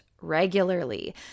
regularly